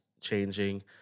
changing